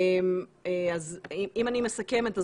אם אני מסכמת,